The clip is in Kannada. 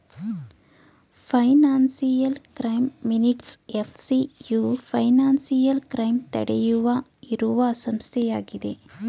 financial crime minutes FCU financial crime ತಡೆಯುವ ಇರುವ ಸಂಸ್ಥೆಯಾಗಿದೆ